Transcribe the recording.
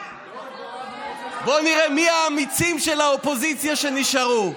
בואו נראה מי האמיצים של האופוזיציה שנשארו.